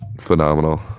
phenomenal